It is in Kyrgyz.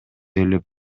ээлеп